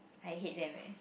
I hate them leh